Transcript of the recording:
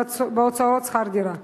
בהוצאות שכר דירה?